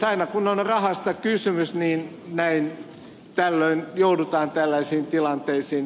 aina kun on rahasta kysymys joudutaan tällaisiin tilanteisiin jonka ed